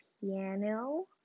piano